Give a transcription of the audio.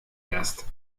erst